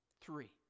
Three